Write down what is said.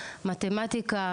מתמטיקה,